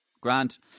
Grant